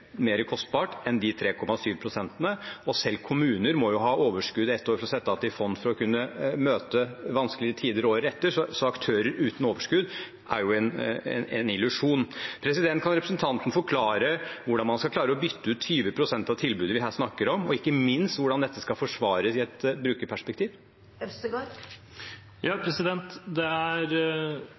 enn de 3,7 pst., og selv kommuner må jo ha overskudd et år for å sette av til fond for å kunne møte vanskelige tider året etter. Så aktører uten overskudd er jo en illusjon. Kan representanten forklare hvordan man skal klare å bytte ut 20 pst. av tilbudet vi her snakker om, og ikke minst hvordan dette skal forsvares i et brukerperspektiv? Svaret på spørsmålet fra representanten Pettersen er